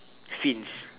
fins